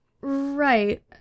Right